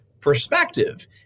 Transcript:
perspective